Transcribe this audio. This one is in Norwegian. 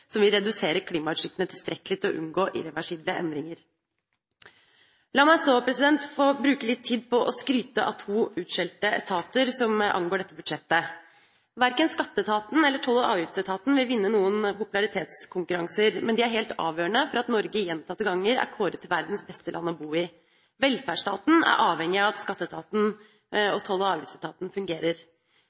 så få bruke litt tid på å skryte av to utskjelte etater som angår dette budsjettet. Verken skatteetaten eller Toll- og avgiftsetaten vil vinne noen popularitetskonkurranser, men de er helt avgjørende for at Norge gjentatte ganger er kåret til verdens beste land å bo i. Velferdsstaten er avhengig av at skatteetaten og Toll- og avgiftsetaten fungerer.